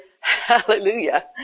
Hallelujah